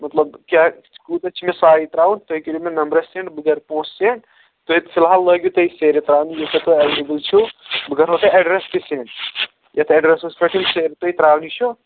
مطلب کیٛاہ کوٗتاہ چھِ مےٚ سےَ ترٛاوُن تُہۍ کٔرِو مےٚ نمبرَس سٮ۪نٛڈ بہٕ کَرٕ پۅنٛسہٕ سٮ۪نٛڈ تُہۍ فِلحال لٲگِو تُہۍ سیرِ ترٛاونہِ ییٚژاہ تۄہہِ ایٚویلیبُل چھُو بہٕ کَرٕہو تۄہہِ ایٚڈرَس تہِ سٮ۪نٛڈ یَتھ ایٚڈرَسَس پٮ۪ٹھ ییٚتہِ سیرِ تۄہہِ ترٛاونہِ چھَو